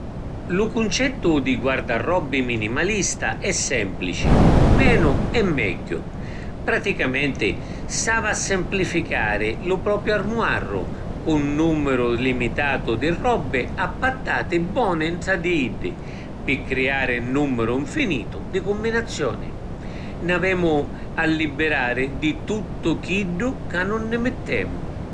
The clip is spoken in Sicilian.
Lu cuncettu di guardarobbi minimalista è semplici: menu è megghiu. Praticamenti, s’avi a simplificari lu propriu armuarru, cu ‘n nummiru limitatu di robbi appattati boni ntra di iddi, pi criari ‘n nummiru nfinitu di cumminazioni. N’avemu a libirari di tuttu chiddu ca nun ni mittemu.